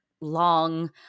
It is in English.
long